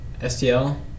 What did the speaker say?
STL